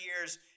years